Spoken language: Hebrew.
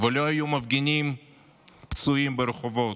ולא היו מפגינים פצועים ברחובות.